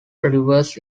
rivers